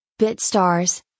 BitStars